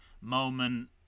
moment